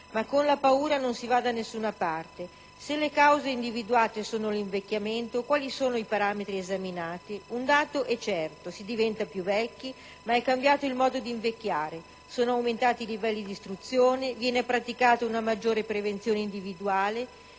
ma con la paura non si va da nessuna parte. Se la causa individuata è l'invecchiamento, quali sono i parametri esaminati? Un dato è certo: si diventa più vecchi, ma è cambiato il modo d'invecchiare, sono aumentati i livelli d'istruzione, viene praticata una maggiore prevenzione individuale,